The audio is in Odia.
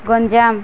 ଗଞ୍ଜାମ